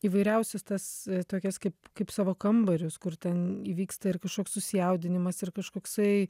įvairiausius tas tokias kaip kaip savo kambarius kur ten įvyksta ir kažkoks susijaudinimas ir kažkoksai